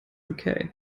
okay